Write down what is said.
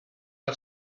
del